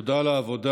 תודה על העבודה.